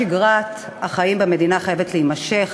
שגרת החיים במדינה חייבת להימשך.